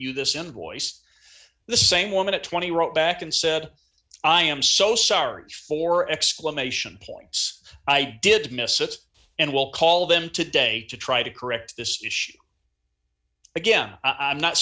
you this invoice the same woman a twenty wrote back and said i am so sorry for exclamation points i did miss sits and will call them today to try to correct this issue again i'm not